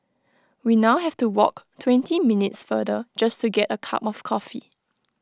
we now have to walk twenty minutes farther just to get A cup of coffee